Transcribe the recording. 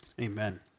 amen